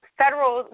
federal